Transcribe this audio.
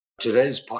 Today's